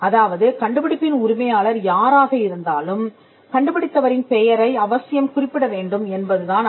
அதாவது கண்டுபிடிப்பின் உரிமையாளர் யாராக இருந்தாலும் கண்டுபிடித்தவரின் பெயரை அவசியம் குறிப்பிட வேண்டும் என்பது தான் அது